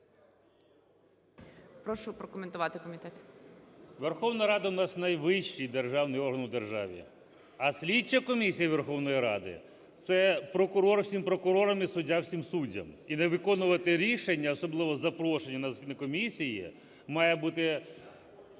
Прошу прокоментувати комітет. 11:13:21 КУПРІЄНКО О.В. Верховна Рада у нас – найвищий державний орган у державі. А слідча комісія Верховної Ради – це прокурор всім прокурорам і суддя всім суддям. І не виконувати рішення, особливо запрошення на засідання комісії, має бути,